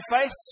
face